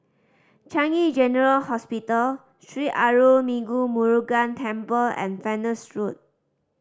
Changi General Hospital Sri Arulmigu Murugan Temple and Venus Road